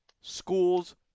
school's